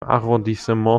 arrondissement